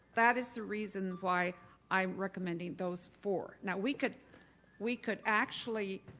that is the reason why i'm recommending those four. now we could we could actually